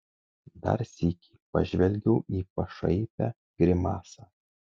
dar sykį pažvelgiau į pašaipią grimasą